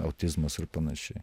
autizmas ir panašiai